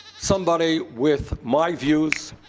somebody with my views,